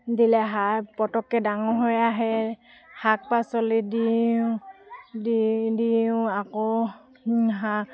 দিলে সাৰ পটককৈ ডাঙৰ হৈ আহে শাক পাচলিত দিওঁ দি দিওঁ আকৌ হাঁহ